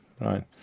right